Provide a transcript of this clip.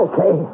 Okay